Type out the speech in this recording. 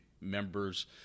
members –